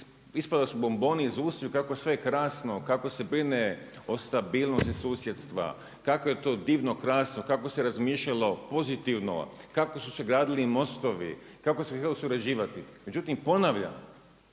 ispadali su bomboni iz usta kako je sve krasno, kako se brine o stabilnosti susjedstva, kako je to divno, krasno, kako se razmišljalo pozitivno, kako su se gradili i mostovi, kako se htjelo surađivati. Međutim, ponavljam